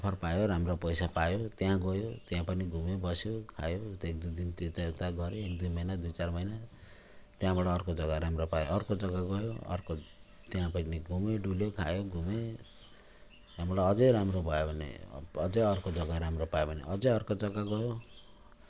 offer पायो राम्रो पैसा पायो त्यहाँ गयो त्यहाँ पनि घुम्यो बस्यो खायो उता एकदुई दिन त्यता उता गऱ्यो एकदुई मैना दुईचार मैना त्यहाँबाट अर्को जग्गा राम्रो पायो अर्को जग्गा गयो अर्को त्यहाँ पनि घुम्यो डुल्यो खायो घुम्यो त्यहाँबाट अझै राम्रो भयो भने अझै अर्को जग्गा राम्रो पायो भने अझै अर्को जगा गयो